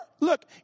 Look